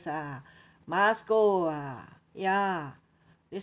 ah must go ah ya